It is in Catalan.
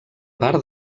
part